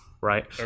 right